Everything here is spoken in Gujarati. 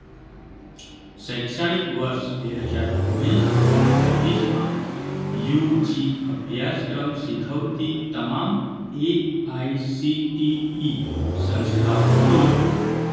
શૈક્ષણિક વર્ષ બે હજાર ઓગણીસ બે હજાર વીસમાં યુજી અભ્યાસક્રમ શીખવતી તમામ એઆઈસીટીઇ સંસ્થાઓ શોધો